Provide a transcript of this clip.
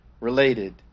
related